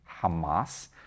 Hamas